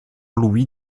louis